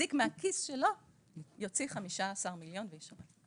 המזיק מהכיס שלו יוציא 15 מיליון וישלם.